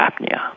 apnea